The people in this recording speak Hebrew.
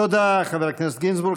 תודה, חבר הכנסת גינזבורג.